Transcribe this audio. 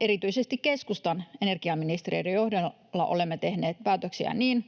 Erityisesti keskustan energiaministereiden johdolla olemme tehneet päätöksiä niin